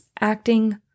acting